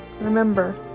Remember